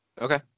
Okay